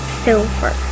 silver